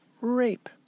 rape